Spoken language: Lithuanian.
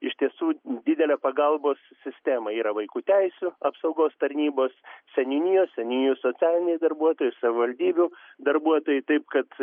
iš tiesų didelę pagalbos sistemą yra vaikų teisių apsaugos tarnybos seniūnijos seniūnijų socialiniai darbuotojai savivaldybių darbuotojai taip kad